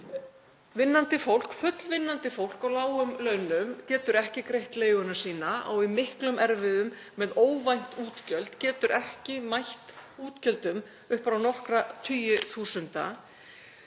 Vinnandi fólk, fullvinnandi fólk á lágum launum, getur ekki greitt leiguna sína, á í miklum erfiðleikum með óvænt útgjöld, getur ekki mætt útgjöldum upp á nokkra tugi þúsunda.